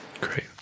Great